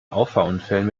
auffahrunfällen